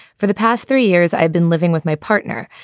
for the past three years, i've been living with my partner.